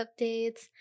updates